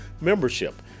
membership